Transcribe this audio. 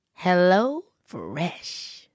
HelloFresh